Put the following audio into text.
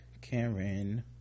Karen